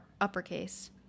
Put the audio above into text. uppercase